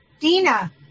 Dina